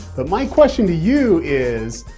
but my question to you is,